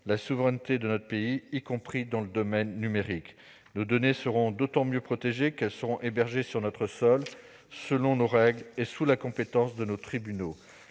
la souveraineté de notre pays, y compris dans le domaine numérique. Nos données seront d'autant mieux protégées qu'elles seront hébergées sur notre sol, selon nos règles et sous la compétence de nos tribunaux.